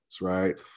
right